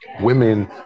Women